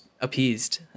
appeased